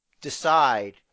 decide